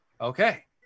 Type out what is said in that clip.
Okay